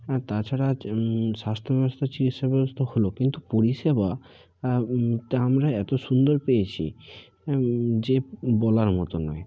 আর তাছাড়া স্বাস্থ্য ব্যবস্তা চিকিৎসা ব্যবস্থা হলো কিন্তু পরিষেবা তা আমরা এতো সুন্দর পেয়েছি যে বলার মতো নয়